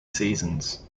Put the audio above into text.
seasons